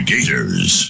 Gators